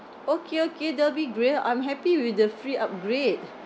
okay okay that'll be great I'm happy with the free upgrade